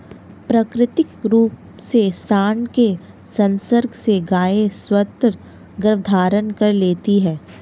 प्राकृतिक रूप से साँड के संसर्ग से गायें स्वतः गर्भधारण कर लेती हैं